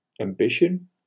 ambition